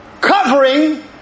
covering